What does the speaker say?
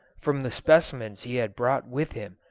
from the specimens he had brought with him,